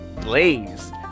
Blaze